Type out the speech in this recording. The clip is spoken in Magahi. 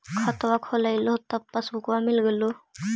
खतवा खोलैलहो तव पसबुकवा मिल गेलो?